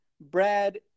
Brad